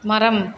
மரம்